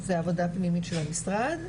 זה עבודה פנימית של המשרד.